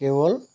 কেৱল